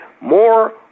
more